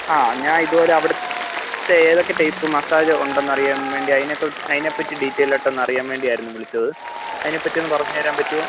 ആ ഞാൻ ഇതുവരെ അവിടുത്തെ ഏതൊക്കെ ടൈപ്പ് മസ്സാജ് ഉണ്ടെന്നറിയാൻ വേണ്ടി അതിനെ അതിനെ പറ്റി ഡീറ്റെയിൽഡ് ആയിട്ട് ഒന്ന് അറിയാൻ വേണ്ടിയായിരുന്നു വിളിച്ചത് അതിനെ പറ്റി ഒന്ന് പറഞ്ഞുതരാൻ പറ്റുമോ